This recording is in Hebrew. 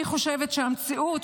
אני חושבת שהמציאות,